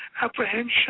apprehension